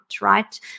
right